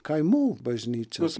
kaimų bažnyčias